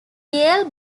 yale